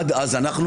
עד אז אנחנו